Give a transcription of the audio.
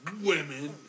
Women